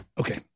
Okay